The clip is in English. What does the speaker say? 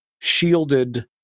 shielded